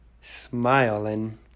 smiling